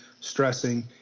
stressing